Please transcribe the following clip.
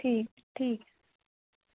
ठीक ठीक